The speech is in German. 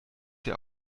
dir